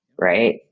right